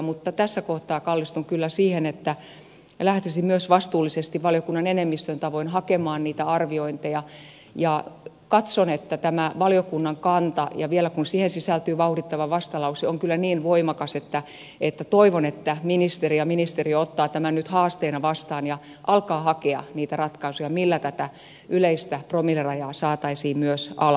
mutta tässä kohtaa kallistun kyllä siihen että lähtisin myös vastuullisesti valiokunnan enemmistön tavoin hakemaan niitä arviointeja ja katson että tämä valiokunnan kanta ja vielä kun siihen sisältyy vauhdittava vastalause on kyllä niin voimakas että toivon että ministeri ja ministeriö ottavat tämän nyt haasteena vastaan ja alkavat hakea niitä ratkaisuja millä tätä yleistä promillerajaa saataisiin myös alas